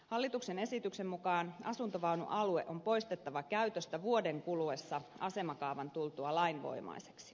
hallituksen esityksen mukaan asuntovaunualue on poistettava käytöstä vuoden kuluessa asemakaavan tultua lainvoimaiseksi